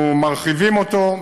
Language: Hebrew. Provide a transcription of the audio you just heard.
אנחנו מרחיבים אותו,